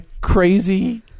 crazy